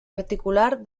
articular